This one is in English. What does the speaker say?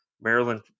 Maryland